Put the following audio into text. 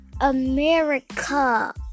america